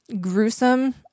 gruesome